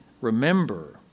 remember